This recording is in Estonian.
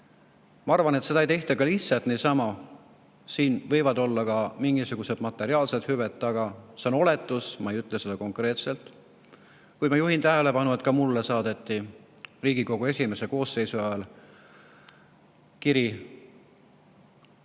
Ma arvan, et seda ei tehta ka lihtsalt niisama. Siin võivad olla ka mingisugused materiaalsed hüved taga – see on oletus, ma ei ütle seda konkreetselt. Kuid ma juhin tähelepanu, et ka mulle saadeti minu esimese Riigikogu koosseisu ajal kiri,